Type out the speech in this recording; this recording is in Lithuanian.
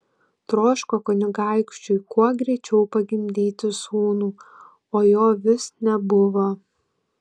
troško kunigaikščiui kuo greičiau pagimdyti sūnų o jo vis nebuvo